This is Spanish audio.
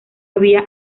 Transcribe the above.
había